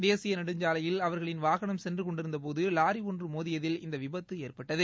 தேசிய நெடுஞ்சாலையில் அவர்களின் வாகனம் சென்று கொண்டிருந்தபோது வாரி ஒன்று மோதியதில் இந்த விபத்து ஏற்பட்டது